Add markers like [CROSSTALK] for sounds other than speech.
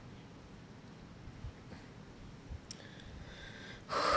[BREATH]